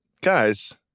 guys